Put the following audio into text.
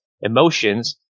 emotions